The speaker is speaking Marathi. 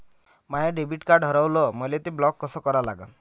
माय डेबिट कार्ड हारवलं, मले ते ब्लॉक कस करा लागन?